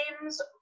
games